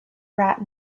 rat